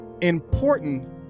important